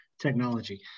technology